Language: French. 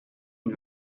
une